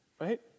Right